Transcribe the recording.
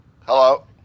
Hello